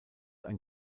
ein